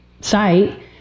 site